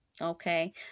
okay